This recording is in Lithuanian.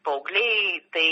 paaugliai tai